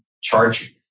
charge